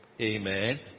amen